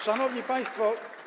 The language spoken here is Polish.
Szanowni Państwo!